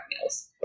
meals